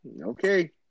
Okay